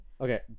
Okay